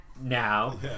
now